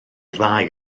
ddau